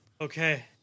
Okay